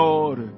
Lord